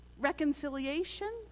reconciliation